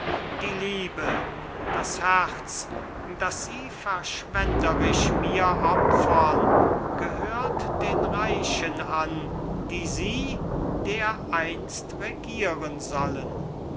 die liebe das herz das sie verschwenderisch mir opfern gehört den reichen an die sie dereinst regieren sollen